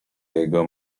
jego